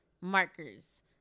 markers